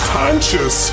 conscious